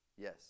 Yes